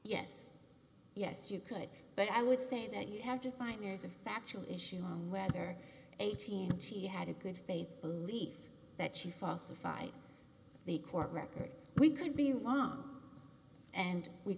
yes yes you could but i would say that you have to find there's a factual issue whether eighteen t had a good faith belief that she fossa five the court records we could be wrong and we